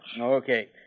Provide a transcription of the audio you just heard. Okay